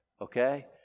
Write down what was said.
Okay